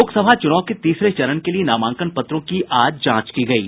लोकसभा चूनाव के तीसरे चरण के लिए नामांकन पत्रों की आज जांच की गयी